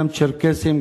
גם צ'רקסים,